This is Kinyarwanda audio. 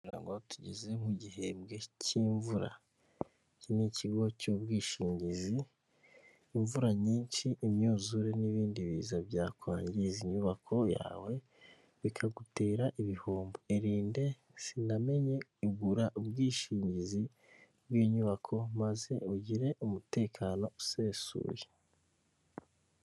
Ubu ngubu tugeze mu gihembwe cy'imvura. Iki ni ikigo cy'ubwishingizi, imvura nyinshi, imyuzure n'ibindi biza byakwangiza inyubako yawe, bikagutera ibihombo. Irinde sinamenye ugura ubwishingizi bw'inyubako maze ugire umutekano usesuye.